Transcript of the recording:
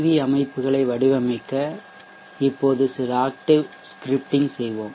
we அமைப்புகளை வடிவமைக்க இப்போது சில ஆக்டேவ் ஸ்கிரிப்டிங் செய்வோம்